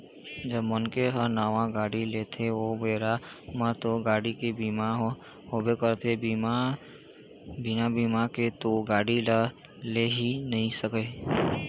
जब मनखे ह नावा गाड़ी लेथे ओ बेरा म तो गाड़ी के बीमा होबे करथे बिना बीमा के तो गाड़ी ल ले ही नइ सकय